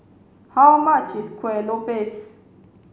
how much is Kueh Lopes